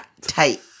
Tight